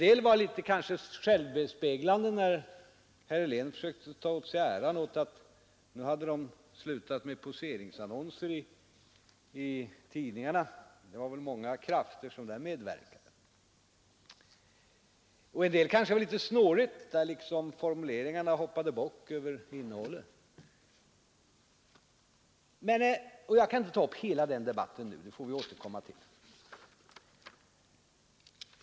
Det var kanske litet självbespeglande när herr Helén försökte ta åt sig äran av att dagstidningarna slutat med att införa poseringsannonser. Det är väl många krafter som har medverkat till det. En del av det han sade var kanske litet snårigt, där fomuleringarna hoppade bock över innehållet. Jag kan inte ta upp hela den debatten nu. Den får vi återkomma till.